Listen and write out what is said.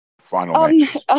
final